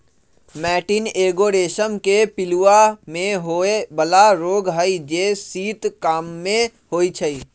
मैटीन एगो रेशम के पिलूआ में होय बला रोग हई जे शीत काममे होइ छइ